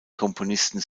komponisten